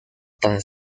tan